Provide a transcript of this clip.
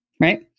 right